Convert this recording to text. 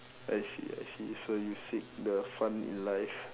I see I see so you seek the fun in life